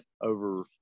over